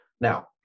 Now